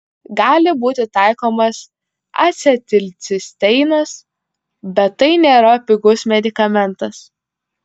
gali būti taikomas acetilcisteinas bet tai nėra pigus medikamentas